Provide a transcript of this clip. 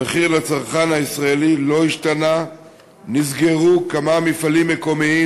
המחיר לצרכן הישראלי לא השתנה ונסגרו כמה מפעלים מקומיים.